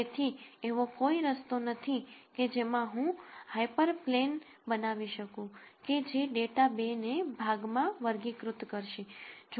તેથી એવો કોઈ રસ્તો નથી કે જેમાં હું હાયપરપ્લેન બનાવી શકું કે જે ડેટા 2 ભાગ માં વર્ગીકૃત કરશે